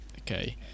okay